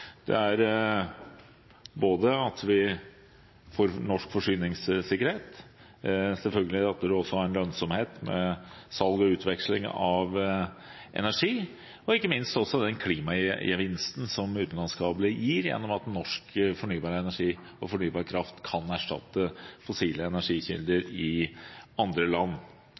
norsk forsyningssikkerhet – selvfølgelig også ved at det vil ha en lønnsomhet ved salg og utveksling av energi – ikke minst når det gjelder den klimagevinsten som utenlandskabler gir, gjennom at norsk fornybar energi og fornybar kraft kan erstatte fossile energikilder i andre land.